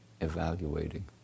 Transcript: evaluating